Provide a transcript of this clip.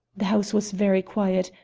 the house was very quiet.